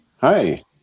Hi